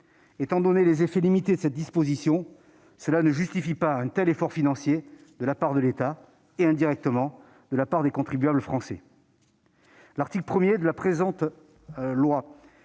Étant donné les effets limités de cette disposition, cela ne justifie pas un tel effort financier de la part de l'État et, indirectement, de la part des contribuables français. En outre, l'article 1 de la présente